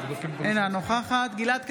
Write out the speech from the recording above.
אינה נוכחת גלעד קריב,